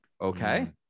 Okay